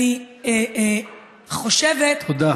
אני חושבת, תודה.